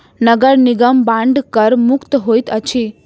नगर निगम बांड कर मुक्त होइत अछि